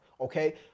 okay